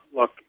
Look